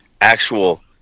actual